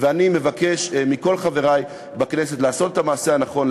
ואני מבקש מכל חברי בכנסת לעשות את המעשה הנכון,